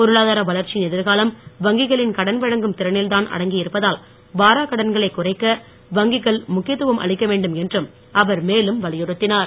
பொருளாதார வளர்ச்சியின் எதிர்காலம் வங்கிகளின் கடன் வழங்கும் திறனில் தான் அடங்கி இருப்பதால் வாராக் கடன்களை குறைக்க வங்கிகள் முக்கியத் துவம் அளிக்க வேண்டும் என்று அவர் மேலும் வலியுறித்தினார்